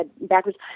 backwards